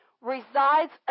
resides